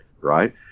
right